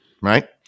Right